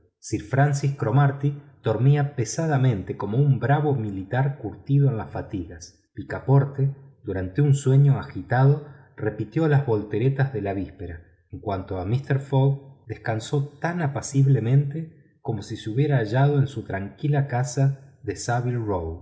sir francis cromarty dormía pesadamente como un bravo militar curtido en las fatigas picaporte durante un sueño agitado repitió las volteretas de la víspera en cuanto a mister fogg descansó tan apaciblemente como si se hubiera hallado en su tranquila casa de